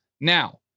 Now